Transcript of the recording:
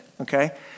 okay